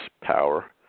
power